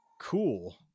cool